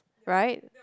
right